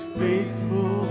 faithful